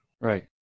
Right